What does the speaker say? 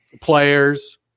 players